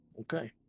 Okay